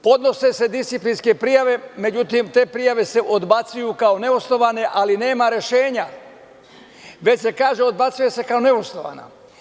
Podnose se disciplinske prijave, međutim, te prijave se odbacuju kao neosnovane, ali nema rešenja, već se kaže da se odbacuje kao neosnovana.